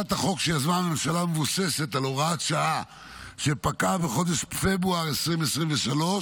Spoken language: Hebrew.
הצעת החוק שיזמה הממשלה מבוססת על הוראת שעה שפקעה בחודש פברואר 2023,